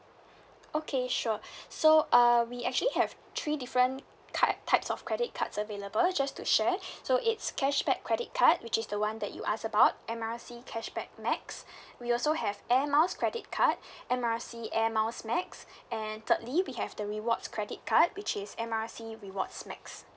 okay sure so uh we actually have three different car~ types of credit cards available just to share so it's cashback credit card which is the [one] that you ask about M R C cashback max we also have air miles credit card M R C air miles max and thirdly we have the rewards credit card which is M R C rewards max